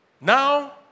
Now